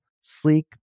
sleek